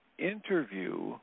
Interview